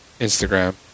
Instagram